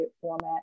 format